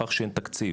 לכך שאין תקציב.